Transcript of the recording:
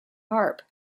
harp